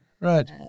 Right